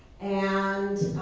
and